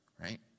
right